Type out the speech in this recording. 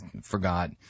forgot